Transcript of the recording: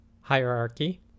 hierarchy